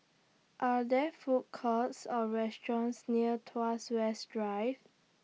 Are There Food Courts Or restaurants near Tuas West Drive